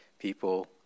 People